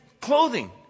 clothing